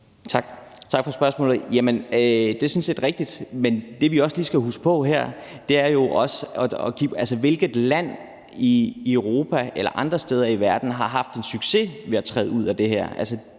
tak for spørgsmålet. Det er sådan set rigtigt, men det, vi også lige skal huske på her, er jo: Hvilket land i Europa eller andre steder i verden har haft en succes ved at træde ud af det her?